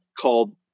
called